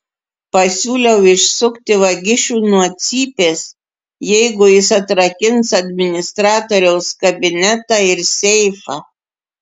pasiūliau išsukti vagišių nuo cypės jeigu jis atrakins administratoriaus kabinetą ir seifą